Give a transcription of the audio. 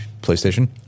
PlayStation